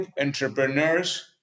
entrepreneurs